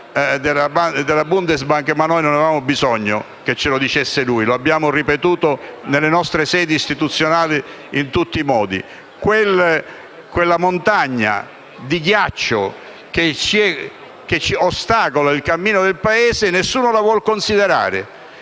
della Bundesbank, ma non avevamo bisogno che lo dicesse lui, perché l'abbiamo ripetuto nelle nostre sedi istituzionali in tutti i modi - quella montagna di ghiaccio che ostacola il cammino del Paese, nessuno la vuole considerare.